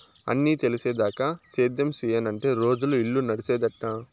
అన్నీ తెలిసేదాకా సేద్యం సెయ్యనంటే రోజులు, ఇల్లు నడిసేదెట్టా